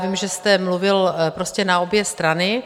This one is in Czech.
Vím, že jste mluvil prostě na obě strany.